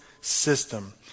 system